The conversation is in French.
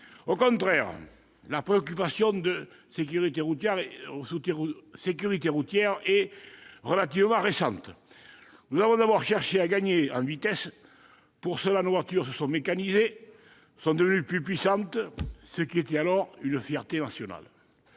de notre pays. La préoccupation de sécurité routière est relativement récente. Nous avons d'abord cherché à gagner en vitesse. Pour cela, nos voitures se sont mécanisées, sont devenues plus puissantes, ce qui était alors une fierté nationale.